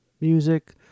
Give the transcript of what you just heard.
music